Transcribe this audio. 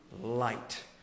light